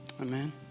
Amen